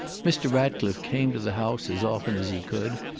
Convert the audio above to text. mr. ratcliffe came to the house as often as he could,